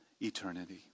eternity